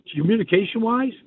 communication-wise